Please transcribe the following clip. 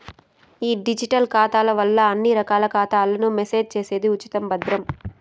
ఈ డిజిటల్ ఖాతాల వల్ల అన్ని రకాల ఖాతాలను మేనేజ్ చేసేది ఉచితం, భద్రం